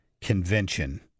convention